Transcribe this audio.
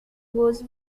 was